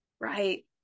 right